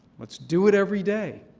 let's do it every day.